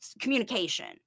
communication